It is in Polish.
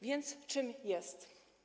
Więc czym jest?